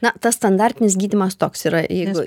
na tas standartinis gydymas toks yra jeigu